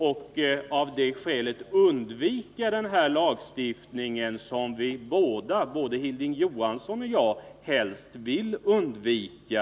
Om uttalandena följdes kunde man undvika den lagstiftning som både Hilding Johansson och jag helst inte vill genomföra.